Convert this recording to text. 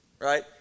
right